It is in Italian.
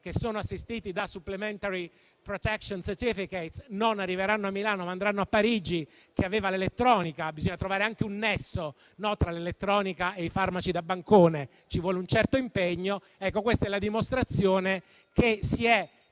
farmaci assistito da *supplementary protection certificate* non arriverà a Milano, ma andrà a Parigi, che aveva l'elettronica; bisogna trovare anche un nesso tra l'elettronica e i farmaci da bancone, ci vuole un certo impegno. Questa è la dimostrazione che si è